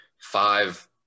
five